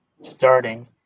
Starting